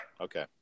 Okay